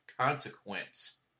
consequence